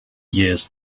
years